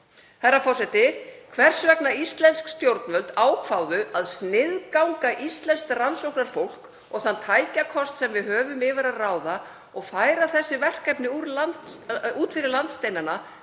Herra forseti. Hvers vegna íslensk stjórnvöld ákváðu að sniðganga íslenskt rannsóknarfólk og þann tækjakost sem við höfum yfir að ráða og færa þessi verkefni út fyrir landsteinana